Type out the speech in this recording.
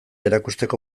erakusteko